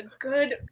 good